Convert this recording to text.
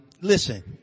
Listen